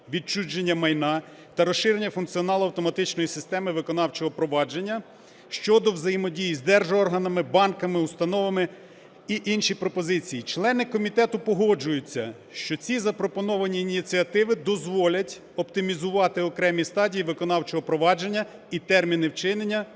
відчуження майна та розширення функціоналу автоматичної системи виконавчого провадження щодо взаємодії з держорганами, банками, установами і інші пропозиції. Члени комітету погоджуються, що ці запропоновані ініціативи дозволять оптимізувати окремі стадії виконавчого провадження і терміни вчинення